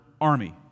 army